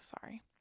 sorry